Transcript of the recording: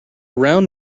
round